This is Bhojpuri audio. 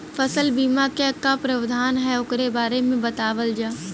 फसल बीमा क का प्रावधान हैं वोकरे बारे में बतावल जा?